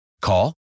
Call